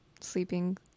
sleeping